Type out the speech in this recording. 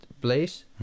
place